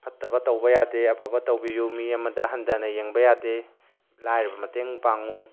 ꯐꯠꯇꯕ ꯇꯧꯕ ꯌꯥꯗꯦ ꯑꯐꯕ ꯇꯧꯕꯤꯌꯨ ꯃꯤ ꯑꯃꯗ ꯍꯟꯗꯅ ꯌꯦꯡꯕ ꯌꯥꯗꯦ ꯂꯥꯏꯔꯕ ꯃꯇꯦꯡ ꯄꯥꯡꯉꯨ